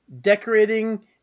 decorating